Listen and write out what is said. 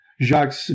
Jacques